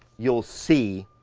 you'll see,